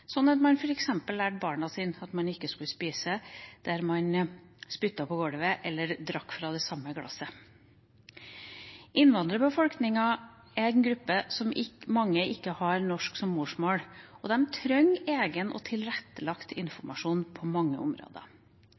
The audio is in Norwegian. lærte f.eks. barna sine at man ikke skulle spise der man spyttet på gulvet eller drakk av det samme glasset. Innvandrerbefolkninga er en gruppe der mange ikke har norsk som morsmål, og de trenger egen og tilrettelagt informasjon på mange områder.